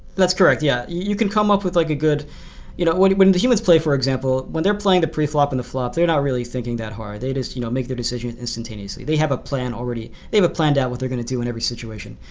that's correct, yeah. you can come up with like a good you know when the humans play, for example, when they're playing the pre-flop and the flop, they are not really thinking that hard. they just you know make their decision instantaneously. they have a plan already. they have planned out what they're going to do in every situation,